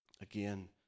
Again